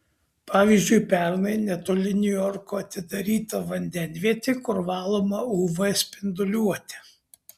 pavyzdžiui pernai netoli niujorko atidaryta vandenvietė kur valoma uv spinduliuote